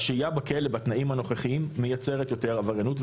השהייה בכלא בתנאים הנוכחיים מייצרת יותר עבריינות,